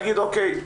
נגיד או.קיי,